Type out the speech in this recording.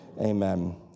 amen